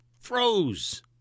froze